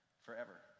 forever